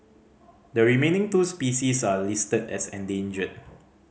the remaining two species are listed as endangered